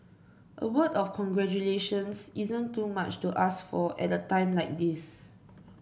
a word of congratulations isn't too much to ask for at a time like this